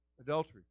adultery